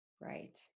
Right